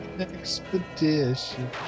Expedition